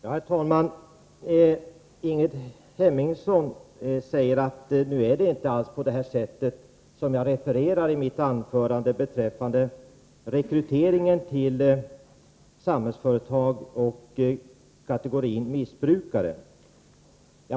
Herr talman! Ingrid Hemmingsson säger att det inte förhåller sig på det sätt som jag refererade i mitt anförande beträffande rekryteringen till Samhällsföretag när det gäller kategorin missbrukare.